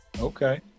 okay